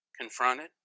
confronted